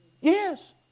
Yes